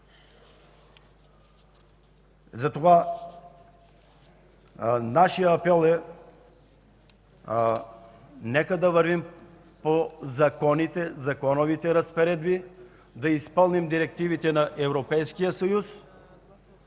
Затова нашият апел е: нека да вървим по законовите разпоредби, да изпълним директивите на Европейския съюз